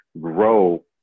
grow